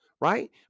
right